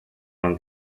una